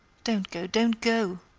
don't go don't go!